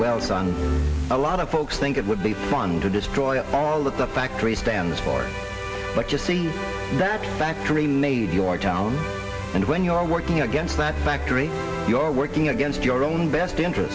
well done a lot of folks think it would be fun to destroy all the factory stands for but just see that factory made your town and when you are working against that factory you are working against your own best interest